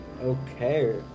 Okay